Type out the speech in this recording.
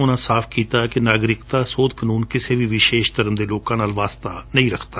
ਉਨਾਂ ਸਾਫ ਕੀਤੈ ਕਿ ਨਾਗਰਿਕਤਾ ਸੋਧ ਕਾਨੂੰਨ ਕਿਸੇ ਵੀ ਵਿਸ਼ੇਸ਼ ਧਰਮ ਦੇ ਲੋਕਾਂ ਨਾਲ ਵਾਸਤਾ ਨਹੀ ਰੱਖਦਾ